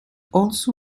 also